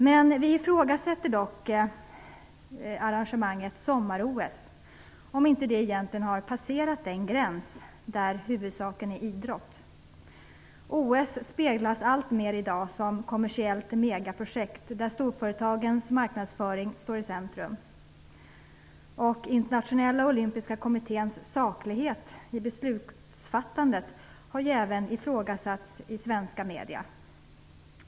Men vi ifrågasätter dock om inte arrangemanget sommar-OS har passerat den gräns där huvudsaken är idrott. OS speglas i dag alltmer som ett kommersiellt megaprojekt där storföretagens marknadsföring står i centrum. Internationella olympiska kommitténs saklighet i beslutsfattandet har ju även ifrågasatts i svenska medier.